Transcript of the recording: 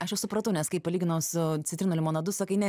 aš jau supratau nes kai palyginau su citrinų limonadu sakai ne